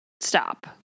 stop